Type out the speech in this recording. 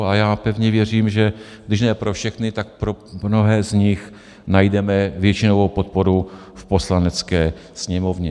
A já pevně věřím, že když ne pro všechny, tak pro mnohé z nich najdeme většinovou podporu v Poslanecké sněmovně.